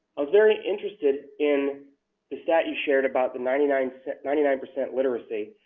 ah very interested in the stat you shared about the ninety nine so ninety nine percent literacy,